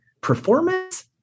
performance